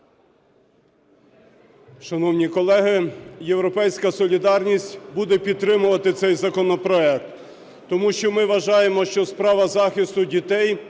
Шановні колеги, "Європейська солідарність" буде підтримувати цей законопроект. Тому що ми вважаємо, що справа захисту дітей,